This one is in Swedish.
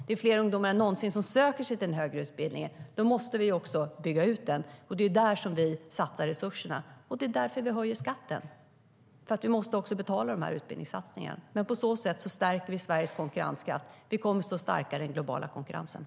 Det är fler ungdomar än någonsin som söker sig till den högre utbildningen. Då måste vi också bygga ut den, och det är där vi satsar resurserna.